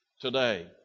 today